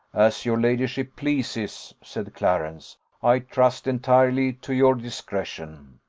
as your ladyship pleases, said clarence i trust entirely to your discretion.